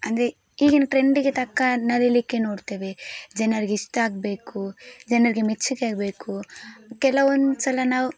ಅಂದರೆ ಈಗಿನ ಟ್ರೆಂಡಿಗೆ ತಕ್ಕ ನಲಿಲಿಕ್ಕೆ ನೋಡ್ತೇವೆ ಜನರಿಗೆ ಇಷ್ಟಾಗಬೇಕು ಜನರಿಗೆ ಮೆಚ್ಚುಗೆಯಾಗಬೇಕು ಕೆಲವೊಂದುಸಲ ನಾವು